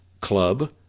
club